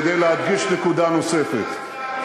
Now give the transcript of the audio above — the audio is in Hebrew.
כדי להדגיש נקודה נוספת,